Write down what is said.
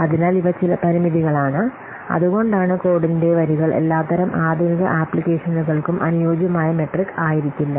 അതിനാൽ ഇവ ചില പരിമിതികളാണ് അതുകൊണ്ടാണ് കോഡിന്റെ വരികൾ എല്ലാത്തരം ആധുനിക ആപ്ലിക്കേഷനുകൾക്കും അനുയോജ്യമായ മെട്രിക് ആയിരിക്കില്ല